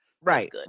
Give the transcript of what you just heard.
right